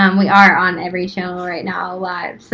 um we are on every channel right now live so.